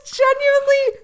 genuinely